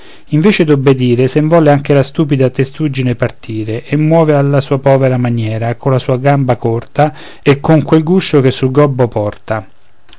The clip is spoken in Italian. prigioniera invece d'obbedire sen volle anche la stupida testuggine partire e muove alla sua povera maniera colla sua gamba corta e con quel guscio che sul gobbo porta